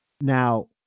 Now